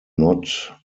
not